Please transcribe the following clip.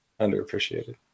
Underappreciated